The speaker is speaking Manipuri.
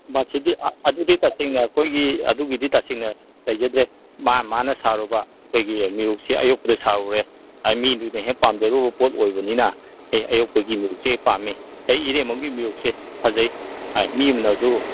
ꯃꯁꯤꯗꯤ ꯑꯗꯨꯗꯤ ꯇꯁꯦꯡꯅ ꯑꯩꯈꯣꯏꯒꯤ ꯑꯗꯨꯒꯤꯗꯤ ꯇꯁꯦꯡꯅ ꯂꯩꯖꯗ꯭ꯔꯦ ꯃꯥꯅ ꯃꯥꯅ ꯁꯥꯔꯨꯕ ꯑꯩꯈꯣꯏꯒꯤ ꯃꯦꯔꯨꯛꯁꯦ ꯑꯌꯣꯛꯄꯗ ꯁꯥꯔꯨꯔꯦ ꯃꯤꯗꯨꯅ ꯍꯦꯛ ꯄꯥꯝꯖꯔꯨꯕ ꯄꯣꯠ ꯑꯣꯏꯕꯅꯤꯅ ꯑꯦ ꯑꯌꯣꯛꯄꯒꯤ ꯃꯦꯔꯨꯛꯁꯦ ꯄꯥꯝꯃꯤ ꯑꯩ ꯏꯔꯦꯡꯕꯝꯒꯤ ꯃꯦꯔꯨꯛꯁꯦ ꯐꯖꯩ ꯍꯥꯏ ꯃꯤ ꯑꯝꯅꯁꯨ